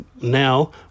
now